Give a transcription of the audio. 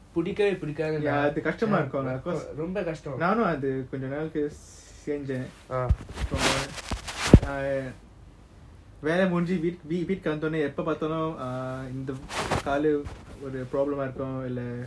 அது கஷ்டமா இருக்கும்ல நானும் அது கொஞ்சநாள் செஞ்சான் அப்புறம் வெல்ல முடிச்சி வீட்டுக்கு வந்து எபூப்பாதலும் இந்த காலு:athu kastama irukumla naanum athu konjanaal senjan apram vella mudichi veetuku vanthu epoopaathalum intha kaalu problem இருக்கும் இல்ல:irukum illa